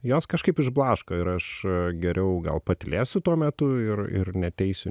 jos kažkaip išblaško ir aš geriau gal patylėsiu tuo metu ir ir neteisiu